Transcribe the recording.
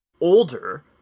older